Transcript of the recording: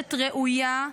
מורשת ראויה,